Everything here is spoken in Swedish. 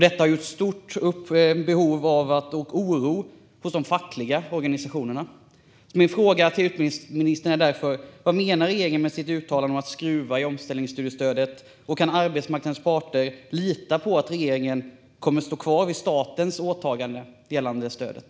Detta har gett upphov till stor oro hos de fackliga organisationerna. Min fråga till utbildningsministern är därför: Vad menar regeringen med sitt uttalande om att skruva i omställningsstudiestödet, och kan arbetsmarknadens parter lita på att regeringen kommer att stå fast vid statens åtagande gällande stödet?